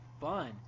fun